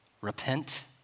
repent